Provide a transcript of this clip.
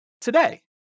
today